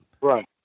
right